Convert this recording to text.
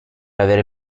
aver